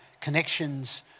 connections